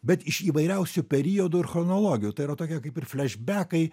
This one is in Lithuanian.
bet iš įvairiausių periodų ir chronologijų tai yra tokie kaip ir flešbekai